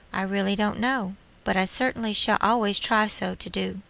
i really don't know but i certainly shall always try so to do.